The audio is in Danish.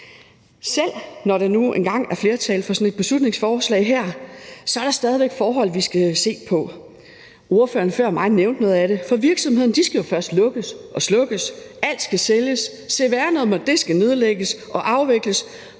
Selv når der nu engang er et flertal for sådan et beslutningsforslag som det her, er der stadig væk nogle forhold, som vi skal se på, og ordføreren før mig nævnte noget af det. For virksomhederne skal jo først lukkes og slukkes, alt skal sælges, cvr-nummeret skal nedlægges og afvikles,